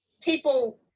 people